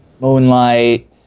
Moonlight